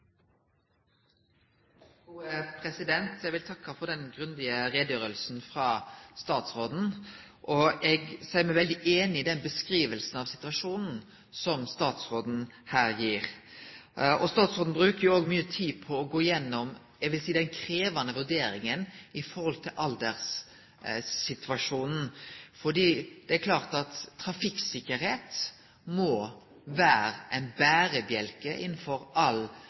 Eg seier meg veldig einig i den beskrivinga av situasjonen som statsråden her gir. Statsråden brukte òg mykje tid på å gå gjennom – eg vil seie – den krevjande vurderinga av alderssituasjonen. Det er klart at trafikksikkerheit må vere ein berebjelke innanfor all transportpolitikk. Men det er jo slik at i aldersgruppa mellom 18 og 21 år tek ein ofte eit val om kva for